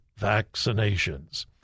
vaccinations